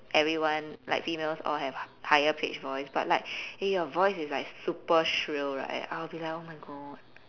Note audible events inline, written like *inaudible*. everyone like females all have h~ higher pitched voice but *breath* eh your voice is like super shrill right I will be like oh my god